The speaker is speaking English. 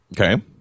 okay